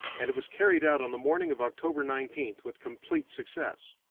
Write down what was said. and it was carried out on the morning of october nineteenth with complete success.